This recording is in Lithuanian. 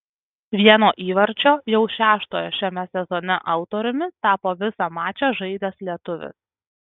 vieno įvarčio jau šeštojo šiame sezone autoriumi tapo visą mačą žaidęs lietuvis